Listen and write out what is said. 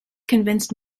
convinced